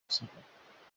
gusigara